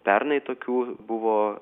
pernai tokių buvo